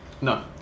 No